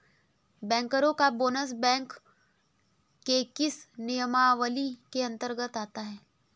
बैंकरों का bonus bank के किस नियमावली के अंतर्गत आता है?